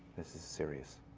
this is serious.